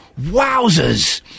wowzers